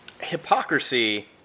hypocrisy